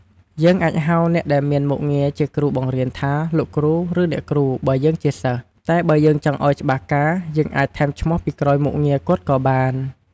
យើងអាចហៅអ្នកដែលមានមុខងារជាគ្រូបង្រៀនថា លោកគ្រូ ឬអ្នកគ្រូ បើយើងជាសិស្សតែបើយើងចង់អោយច្បាស់ការ យើងអាចថែមឈ្មោះពីក្រោយមុខងារគាត់ក៏បាន។